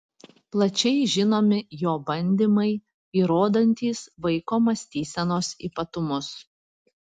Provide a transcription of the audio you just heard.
plačiai žinomi jo bandymai įrodantys vaiko mąstysenos ypatumus